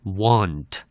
want